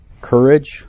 courage